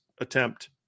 attempt